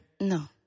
No